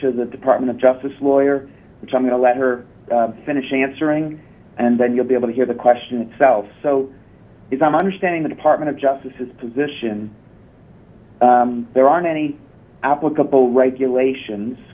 to the department of justice lawyer which i'm going to let her finish answering and then you'll be able to hear the question itself so if i'm understanding the department of justice is positioned there aren't any applicable regulations